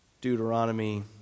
Deuteronomy